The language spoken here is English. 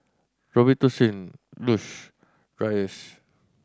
Robitussin Lush Dreyers